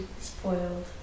Spoiled